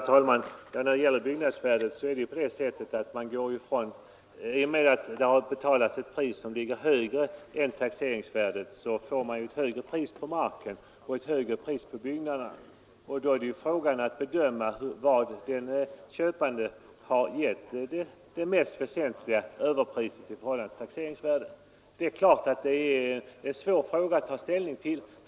Herr talman! Beträffande byggnadsvärdet är det på det sättet att i och med att det har betalats ett högre pris än taxeringsvärdet får man ju ett högre pris både på marken och på byggnaderna. Då gäller det att bedöma var köparen har gett det mest väsentliga överpriset i förhållande till taxeringsvärdet. Det är naturligtvis en svår fråga att ta ställning till.